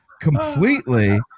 completely